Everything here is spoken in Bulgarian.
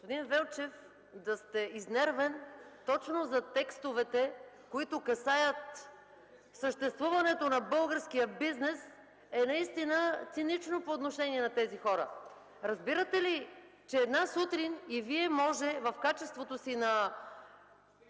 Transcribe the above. Господин Велчев, да сте изнервен точно за текстовете, които касаят съществуването на българския бизнес, е наистина цинично по отношение на тези хора. Разбирате ли, че една сутрин и Вие може в качеството си на